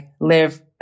live